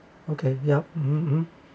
okay yup um um